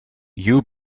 you